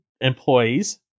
employees